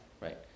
right